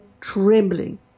trembling